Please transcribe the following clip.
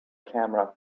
camera